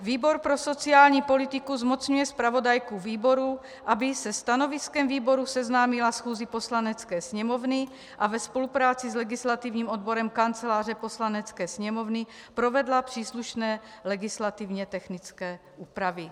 Výbor pro sociální politiku zmocňuje zpravodajku výboru, aby se stanoviskem výboru seznámila schůzi Poslanecké sněmovny a ve spolupráci s legislativním odborem Kanceláře Poslanecké sněmovny provedla příslušné legislativně technické úpravy.